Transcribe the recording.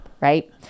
right